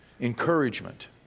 encouragement